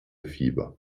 fieber